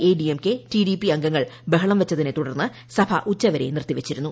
A D M K TDP അംഗങ്ങൾ ബഹളം വെച്ചതിനെ തുടർന്ന് സഭ ഉച്ചവരെ നിർത്തിവെച്ചിരുന്നു